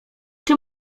czy